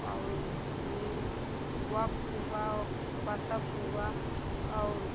और ऊ मिल वक हुआ और बत्तख़ हुआ और